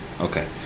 Okay